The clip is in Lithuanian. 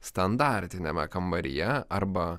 standartiniame kambaryje arba